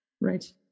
Right